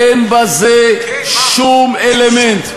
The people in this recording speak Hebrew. אין בזה שום אלמנט,